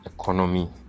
economy